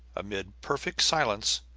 amid perfect silence,